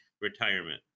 retirement